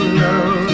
love